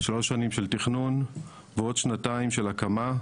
שלוש שנים של תכנון ועוד שנתיים של הקמה,